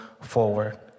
forward